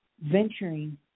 venturing